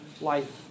life